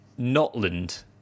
Notland